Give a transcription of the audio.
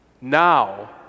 Now